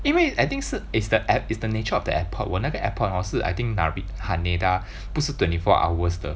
因为 I think 是 is the airp~ is the nature of the airport 我那个 airport hor 是 I think Nari~ Haneda 不是 twenty four hours 的